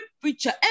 preacher